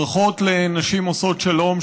ברכות לנשים עושות שלום,